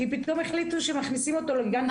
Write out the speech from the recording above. כי פתאום החליטו שמכניסים אותו לגן דתי.